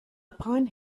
upon